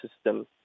system